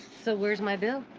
so where's my bill?